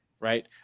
Right